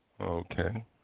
Okay